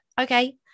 okay